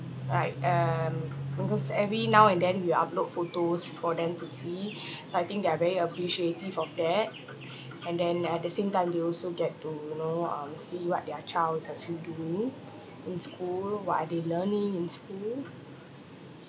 like um because every now and then we upload photos for them to see so I think they are very appreciative of that and then at the same time they also get to you know um see what their child is actually doing in school what are they learning in school